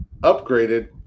upgraded